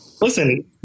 Listen